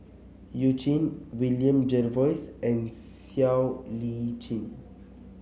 You Jin William Jervois and Siow Lee Chin